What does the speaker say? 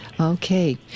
Okay